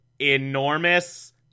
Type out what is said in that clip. Enormous